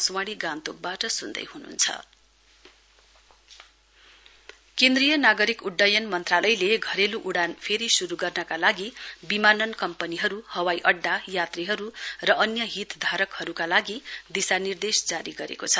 civil aviation ministry केन्द्रीय नागरिक उड्डयन मन्त्रालयले घरेलू उडान फेरि शुरू गर्नका लागि विमानन कम्पनीहरू हवाईअड्डा यात्रीहरू र अन्य हितधारकहरूका लागि दिशा निर्देश जारी गरेको छ